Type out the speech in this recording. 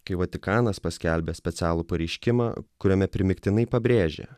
kai vatikanas paskelbė specialų pareiškimą kuriame primygtinai pabrėžia